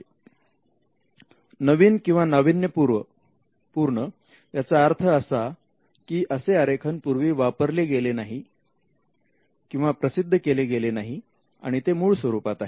नवीन किंवा नावीन्यपूर्ण याचा अर्थ असा की असे आरेखन पूर्वी वापरले गेले नाही किंवा प्रसिद्ध केले गेले नाही आणि ते मूळ स्वरूपात आहे